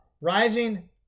rising